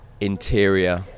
interior